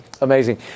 Amazing